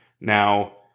Now